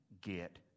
get